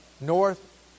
North